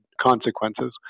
consequences